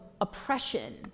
oppression